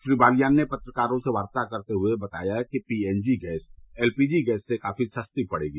श्री बालियान ने पत्रकारों से वार्ता करते हुए बताया कि पीएनजी गैस एलपीजी गैस से काफी सस्ती पढ़ेगी